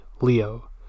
Leo